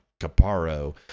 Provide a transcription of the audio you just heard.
Caparo